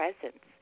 presence